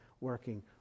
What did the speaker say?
working